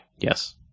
Yes